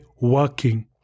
working